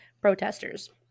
protesters